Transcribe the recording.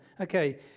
Okay